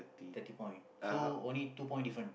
thirty point so only two point different